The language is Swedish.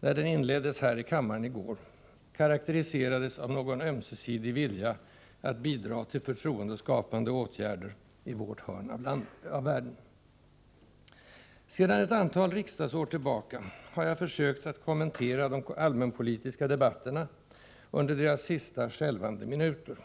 när den inleddes här i kammaren i går, karakteriserades av någon ömsesidig vilja att bidraga till förtroendeskapande åtgärder i vårt hörn av världen. Sedan ett antal riksdagsår tillbaka har jag försökt att kommentera de allmänpolitiska debatterna under deras sista, skälvande minuter.